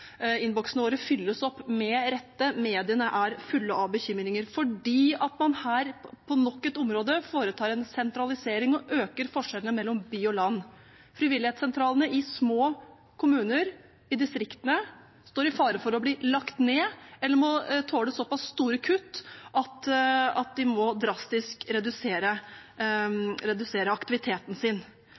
med rette opp. Mediene er fulle av bekymringer fordi man på nok et område foretar en sentralisering og øker forskjellene mellom by og land. Frivilligsentralene i små kommuner i distriktene står i fare for å bli lagt ned eller må tåle såpass store kutt at de må redusere aktiviteten sin